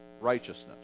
righteousness